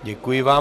Děkuji vám.